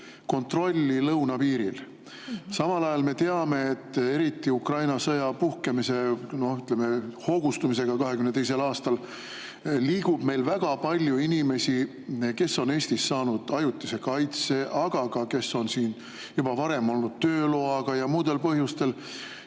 kontrolli lõunapiiril. Samal ajal me teame, et eriti Ukraina sõja puhkemise, ütleme, hoogustumise tõttu 2022. aastal liigub meil Ukraina ja Eesti vahel väga palju inimesi, kes on Eestis saanud ajutise kaitse, aga ka neid, kes on siin juba varem olnud tööloaga või muudel põhjustel.